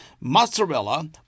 Mozzarella